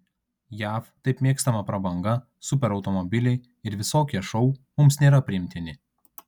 jav taip mėgstama prabanga superautomobiliai ir visokie šou mums nėra priimtini